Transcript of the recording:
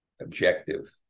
objective